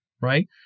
right